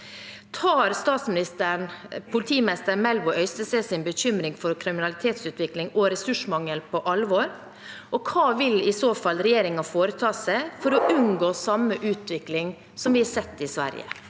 Tar statsministeren politimester Melbo Øysteses bekymring for kriminalitetsutvikling og ressursmangel på alvor, og hva vil i så fall regjeringen foreta seg for å unngå samme utvikling som vi har sett i Sverige?